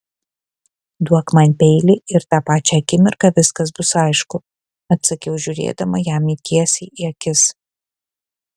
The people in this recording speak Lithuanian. duok man peilį ir tą pačią akimirką viskas bus aišku atsakiau žiūrėdama jam tiesiai į akis